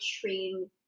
train